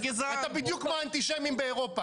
אתה בדיוק כמו האנטישמים באירופה.